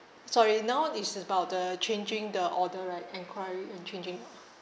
sorry now is about the changing the order right inquiry and changing ah